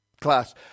class